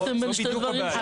ערבבתם בין שני דברים שונים.